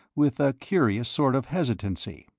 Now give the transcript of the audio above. with a curious sort of hesitancy.